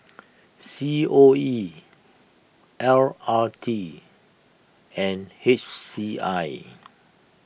C O E L R T and H C I